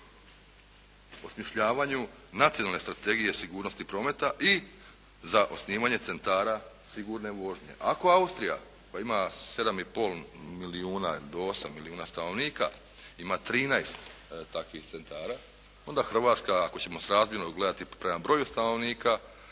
osmišljavanju Nacionalne strategije sigurnosti prometa i za osnivanje centara sigurne vožnje. Ako Austrija koja ima 7 i pol milijuna, do 8 milijuna stanovnika, ima 13 takvih centara, onda Hrvatska ako ćemo srazmjerno gledati prema broju stanovnika